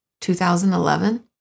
2011